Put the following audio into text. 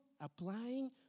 applying